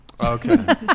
Okay